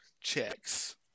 checks